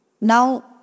Now